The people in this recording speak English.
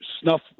snuff